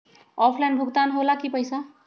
Offline भुगतान हो ला कि पईसा?